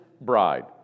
bride